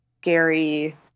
scary